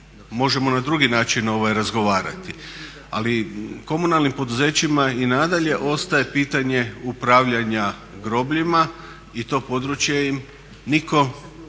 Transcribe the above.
možemo na drugi način razgovarati ali komunalnim poduzećima i nadalje ostaje pitanje upravljanja grobljima i to područje im nitko